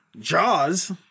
Jaws